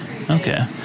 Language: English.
okay